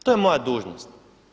To je moja dužnost.